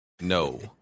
No